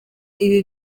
ibi